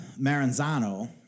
Maranzano